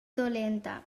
dolenta